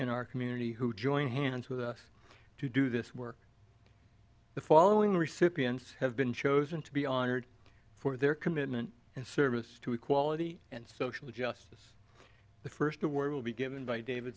in our community who join hands with us to do this work the following recipients have been chosen to be honored for their commitment and service to equality and social justice the first the word will be given by david